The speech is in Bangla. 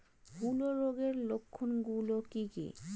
হূলো রোগের লক্ষণ গুলো কি কি?